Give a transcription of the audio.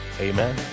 Amen